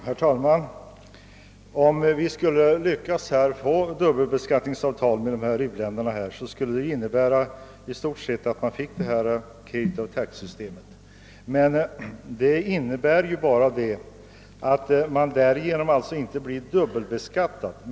Herr talman! Om vi skulle lyckas få dubbelbeskattningsavtal med ifrågavarande u-länder, skulle detta i stort sett betyda att vi fick »credit of tax»-systemet, och de innebär bara att man därigenom inte blir dubbelbeskattad.